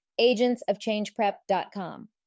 agentsofchangeprep.com